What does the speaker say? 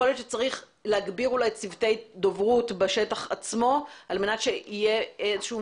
צריך אולי להגביר צוות דוברות בשטח עצמו על מנת שיהיה איזשהו